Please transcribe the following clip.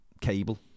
cable